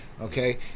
okay